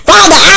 Father